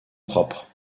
propre